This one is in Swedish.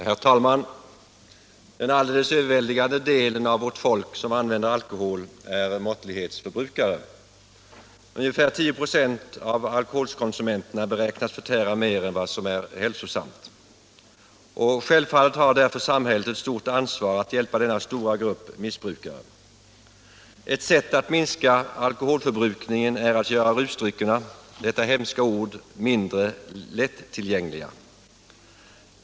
Herr talman! Den alldeles övervägande delen av vårt folk som använder alkohol är måttlighetsförbrukare. Ungefär 10 96 av alkoholkonsumenterna beräknas förtära mer än vad som är hälsosamt. Självfallet har därför samhället ett stort ansvar att hjälpa denna stora grupp av missbrukare. Ett sätt att minska alkoholförbrukningen är att göra rusdryckerna — detta hemska ord — mindre lättillgängliga.